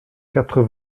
quatre